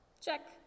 Check